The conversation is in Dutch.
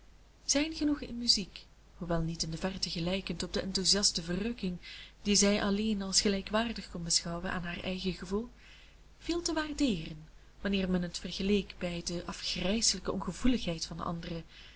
zijn genoegen in muziek hoewel niet in de verte gelijkend op de enthousiaste verrukking die zij alleen als gelijkwaardig kon beschouwen aan haar eigen gevoel viel te waardeeren wanneer men het vergeleek bij de afgrijselijke ongevoeligheid van de anderen